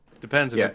depends